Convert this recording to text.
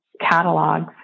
catalogs